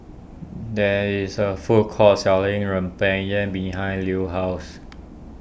there is a food court selling Rempeyek behind Lue's house